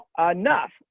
enough